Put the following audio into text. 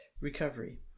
recovery